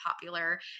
popular